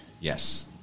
Yes